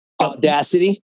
Audacity